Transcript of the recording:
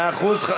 מאה אחוז.